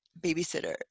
babysitter